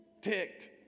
ticked